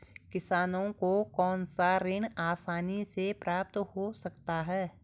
किसानों को कौनसा ऋण आसानी से प्राप्त हो सकता है?